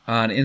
on